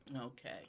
Okay